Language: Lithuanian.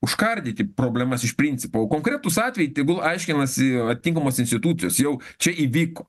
užkardyti problemas iš principo konkretūs atvejai tegul aiškinasi atitinkamos institucijos jau čia įvyko